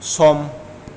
सम